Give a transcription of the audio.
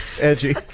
edgy